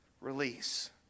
Release